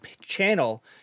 channel